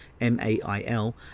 mail